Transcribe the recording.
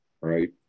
right